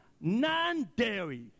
non-dairy